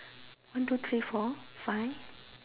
one two three four five